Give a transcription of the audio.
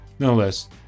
Nonetheless